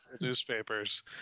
newspapers